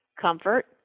comfort